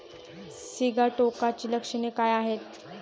सिगाटोकाची लक्षणे काय आहेत?